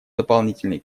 дополнительные